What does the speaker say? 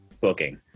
booking